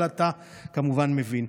אבל אתה כמובן מבין.